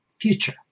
future